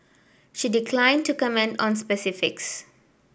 she declined to comment on specifics